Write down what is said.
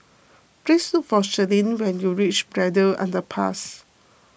please look for Selene when you reach Braddell Underpass